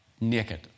naked